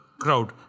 crowd